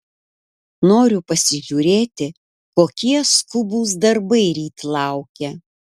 noriu pasižiūrėti kokie skubūs darbai ryt laukia